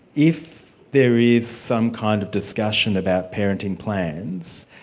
if there is some kind of discussion about parenting plans,